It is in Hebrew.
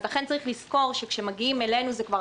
לכן צריך לזכור שכאשר מגיעים אלינו זה כבר